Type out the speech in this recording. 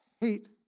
hate